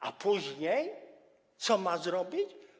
A później co ma zrobić?